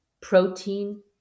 protein